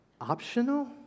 optional